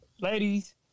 ladies